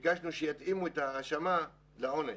ביקשנו שיתאימו את ההאשמה לעונש.